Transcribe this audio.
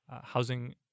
Housing